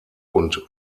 und